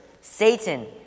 Satan